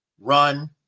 Run